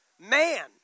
Man